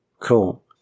Cool